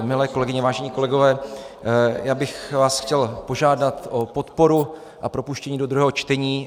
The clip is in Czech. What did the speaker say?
Milé kolegyně, vážení kolegové, já bych vás chtěl požádat o podporu a propuštění do druhého čtení.